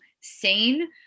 sane